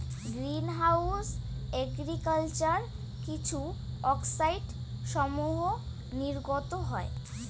green house agriculture কিছু অক্সাইডসমূহ নির্গত হয়